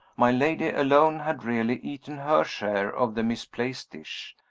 my lady alone had really eaten her share of the misplaced dish.